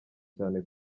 cyane